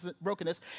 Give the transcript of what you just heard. brokenness